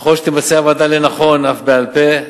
וככל שתמצא הוועדה לנכון אף בעל-פה,